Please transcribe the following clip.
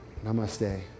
namaste